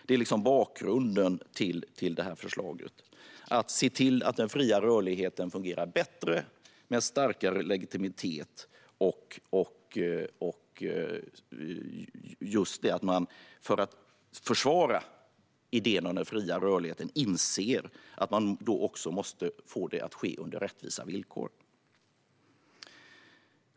Det är liksom bakgrunden till det här förslaget - att man ser till att den fria rörligheten fungerar bättre med starkare legitimitet och att man för att försvara idén om den fria rörligheten inser att man också måste få det att ske på rättvisa villkor.